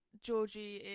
Georgie